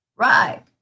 Right